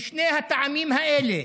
משני הטעמים האלה,